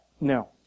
no